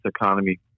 economy